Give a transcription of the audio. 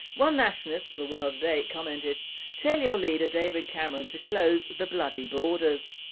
one nationalist for the world at eight commented tell your leader david cameron to close the bloody borders